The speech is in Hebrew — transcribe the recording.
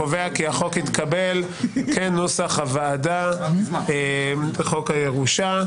אני קובע כי החוק התקבל כנוסח הוועדה בחוק הירושה.